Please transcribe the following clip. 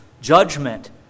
judgment